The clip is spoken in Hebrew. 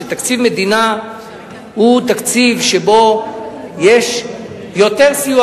שתקציב מדינה הוא תקציב שבו יש יותר סיוע,